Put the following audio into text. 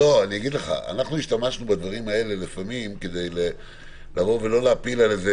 אנחנו השתמשנו בדברים האלה כדי לא להפיל על איזה